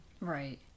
Right